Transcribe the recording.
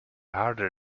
harder